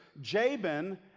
Jabin